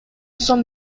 сом